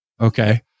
okay